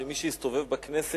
שמי שהסתובב בכנסת